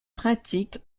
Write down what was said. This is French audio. pratique